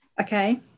Okay